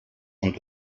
und